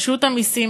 רשות המסים,